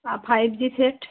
R five G set